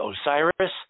Osiris